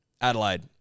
Adelaide